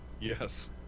Yes